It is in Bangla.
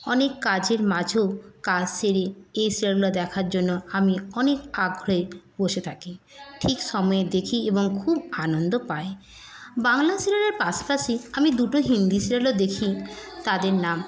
অনেক কাজের মাঝেও কাজ সেরে এই সিরিয়ালগুলো দেখার জন্য আমি অনেক আগ্রহে বসে থাকি ঠিক সময়ে দেখি এবং খুব আনন্দ পাই বাংলা সিরিয়ালের পাশাপাশি আমি দুটো হিন্দি সিরিয়ালও দেখি তাদের নাম